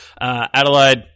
Adelaide